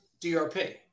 DRP